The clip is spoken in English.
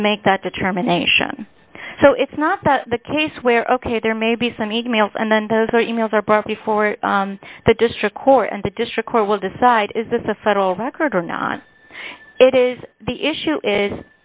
to make that determination so it's not that the case where ok there may be some e mails and then those e mails are property for the district court and the district court will decide is this a federal record or not it is the issue is